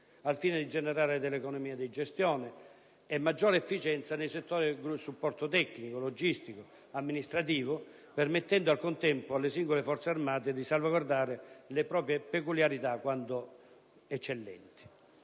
al fine di generare delle economie di gestione e maggiore efficienza nei settori del supporto tecnico, logistico e amministrativo, permettendo al contempo alle singole Forze armate di salvaguardare le proprie peculiarità quando eccellenti.